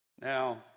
Now